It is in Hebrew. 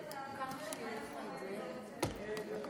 לברך את הזמרת איה כורם.